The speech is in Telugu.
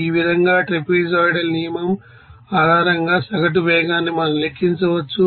ఈ విధంగా ట్రాపెజోయిడల్ నియమం ఆధారంగా సగటు వేగాన్ని మనం లెక్కించవచ్చు